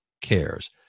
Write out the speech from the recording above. cares